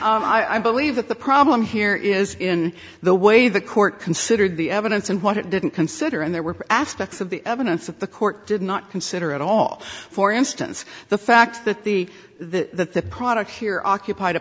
something i believe that the problem here is in the way the court considered the evidence and what it didn't consider and there were aspects of the evidence that the court did not consider at all for instance the fact that the the product here occupied a